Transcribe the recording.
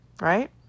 right